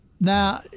Now